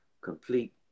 complete